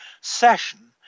session